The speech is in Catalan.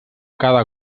cada